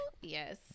yes